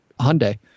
Hyundai